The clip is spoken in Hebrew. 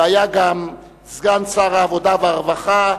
והיה גם סגן שר העבודה והרווחה,